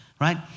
Right